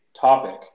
topic